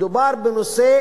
מדובר בנושא